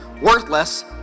worthless